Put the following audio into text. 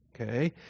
Okay